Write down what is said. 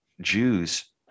Jews